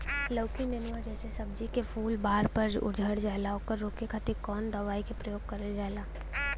लौकी नेनुआ जैसे सब्जी के फूल बार बार झड़जाला ओकरा रोके खातीर कवन दवाई के प्रयोग करल जा?